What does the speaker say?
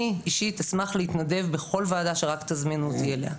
אני אשמח להתנדב בכל ועדה שרק תזמינו אותי אליה.